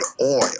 oil